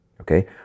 okay